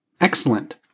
Excellent